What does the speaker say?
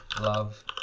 love